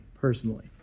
personally